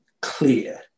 clear